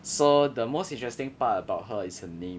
so the most interesting part about her is her name